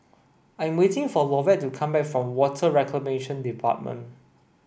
I am waiting for Lovett to come back from Water Reclamation Department